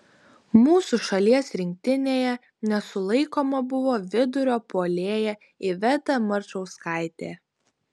mūsų šalies rinktinėje nesulaikoma buvo vidurio puolėja iveta marčauskaitė